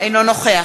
אינו נוכח